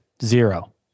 Zero